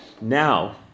Now